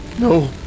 No